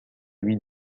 lui